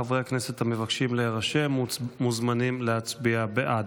חברי הכנסת המבקשים להירשם מוזמנים להצביע בעד.